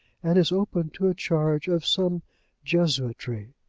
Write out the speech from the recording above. and is open to a charge of some jesuitry.